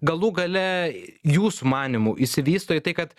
galų gale jūsų manymu išsivysto į tai kad